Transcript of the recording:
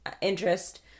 interest